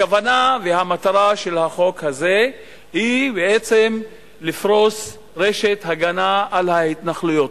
הכוונה והמטרה של החוק הזה הן בעצם לפרוס רשת הגנה על ההתנחלויות.